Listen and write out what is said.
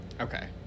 okay